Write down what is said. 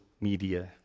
media